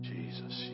Jesus